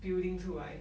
building 出来